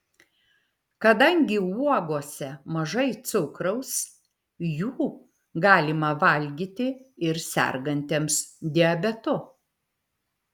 kadangi uogose mažai cukraus jų galima valgyti ir sergantiems diabetu